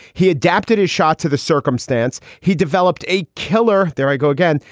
he adapted his shot to the circumstance. he developed a killer. there i go again.